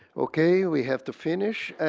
okay. we have to finish.